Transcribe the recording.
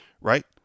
right